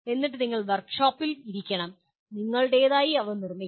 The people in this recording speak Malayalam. എന്നിട്ട് നിങ്ങൾ വർക്ക് ഷോപ്പിൽ ഇരിക്കണം നിങ്ങളുടേതായി അവ നിർമ്മിക്കണം